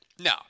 No